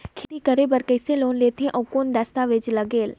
खेती करे बर कइसे लोन लेथे और कौन दस्तावेज लगेल?